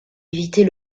éviter